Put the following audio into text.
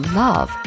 love